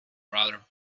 rather